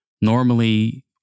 normally